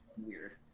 weird